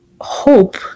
hope